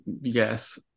Yes